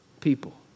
people